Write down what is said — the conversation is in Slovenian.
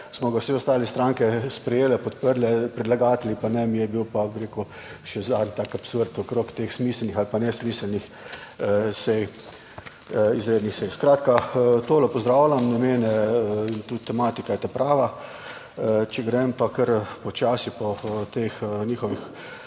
smo ga vse ostale stranke sprejele, podprle, predlagatelji pa ne, mi je bil pa, bi rekel, še zadnji tak absurd okrog teh smiselnih ali pa nesmiselnih sej, izrednih sej. Skratka, to pozdravljam, namene in tudi tematika je ta prava, če grem pa kar počasi po teh njihovih